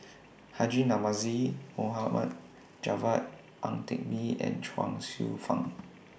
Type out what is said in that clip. Haji Namazie Mohd Javad Ang Teck Bee and Chuang Hsueh Fang